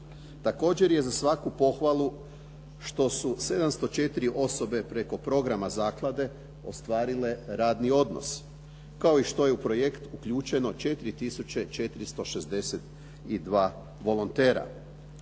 Također je za svaku pohvalu što su 704 osobe preko programa zaklade ostvarile radni odnos, kao i što je u projekt uključeno 4462 volontera.